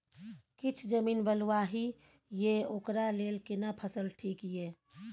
किछ जमीन बलुआही ये ओकरा लेल केना फसल ठीक ये?